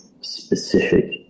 specific